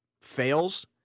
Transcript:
fails